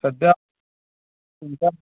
सध्या तुमचा